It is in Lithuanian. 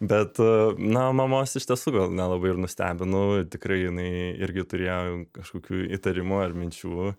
bet na mamos iš tiesų gal nelabai ir nustebinau tikrai jinai irgi turėjo kažkokių įtarimų ar minčių